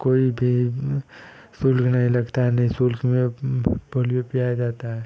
कोई भी शुल्क नहीं लगता है निःशुल्क में पोलियो पियाया जाता है